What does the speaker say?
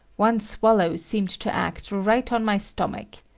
one swallow seemed to act right on my stomach.